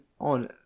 on